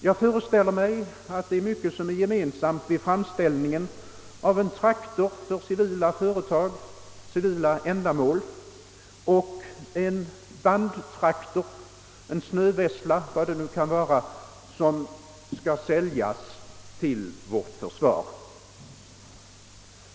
Jag föreställer mig att det är mycket som är gemensamt vid exempelvis framställningen av en traktor för civila ändamål och en bandtraktor eller snövessla som skall säljas till vårt försvar.